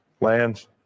lands